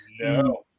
no